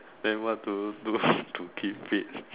then what to do to keep fit